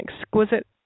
exquisite